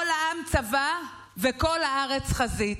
כל העם צבא וכל הארץ חזית.